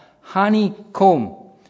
honeycomb